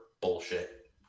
bullshit